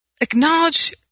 acknowledge